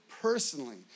personally